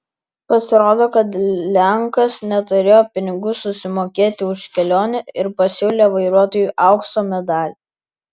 pasirodo kad lenkas neturėjo pinigų susimokėti už kelionę ir pasiūlė vairuotojui aukso medalį